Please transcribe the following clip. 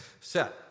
set